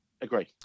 agree